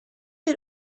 had